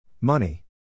Money